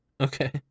Okay